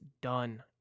done